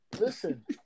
Listen